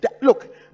Look